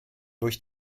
durch